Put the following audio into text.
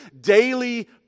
daily